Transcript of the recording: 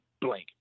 blank